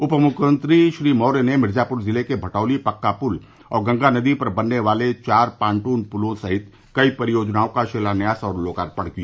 उपमुख्यमंत्री श्री मौर्य ने मिर्जापुर जिले में भटौली पक्का पुल और गंगा नदी पर बनने वाले चार पांटून पुलों सहित कई परियोजनाओं का शिलान्यास और लोकार्पण भी किया